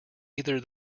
either